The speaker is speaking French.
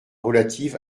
relative